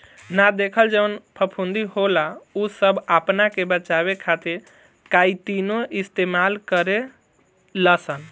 ना देखल जवन फफूंदी होला उ सब आपना के बचावे खातिर काइतीने इस्तेमाल करे लसन